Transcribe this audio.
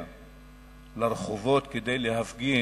לרחובות כדי להפגין,